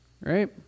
Right